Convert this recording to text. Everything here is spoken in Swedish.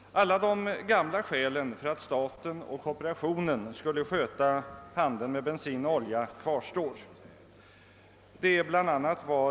Alla de gamla skälen för att staten och kooperationen bör sköta handeln med bensin och olja kvarstår.